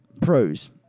pros